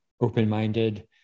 open-minded